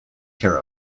care